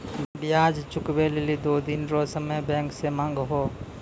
ब्याज चुकबै लेली दो दिन रो समय बैंक से मांगहो